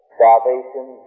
salvation